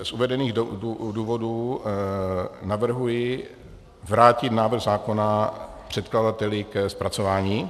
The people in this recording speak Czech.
Z uvedených důvodů navrhuji vrátit návrh zákona předkladateli k přepracování.